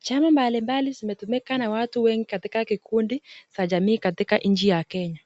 Chama mbali mbali zimetumika na watu wengi katika kikundii za jamii katika nchi ya Kenya.